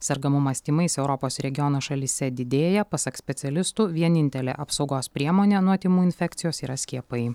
sergamumas tymais europos regiono šalyse didėja pasak specialistų vienintelė apsaugos priemonė nuo tymų infekcijos yra skiepai